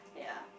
yeah